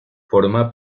forma